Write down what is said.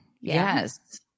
Yes